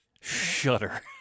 Shudder